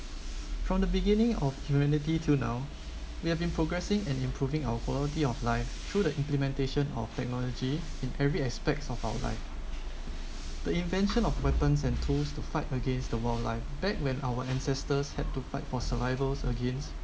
from the beginning of humanity to now we have been progressing and improving our quality of life through the implementation of technology in every aspect of our life the invention of weapons and tools to fight against the wildlife back when our ancestors had to fight for survival against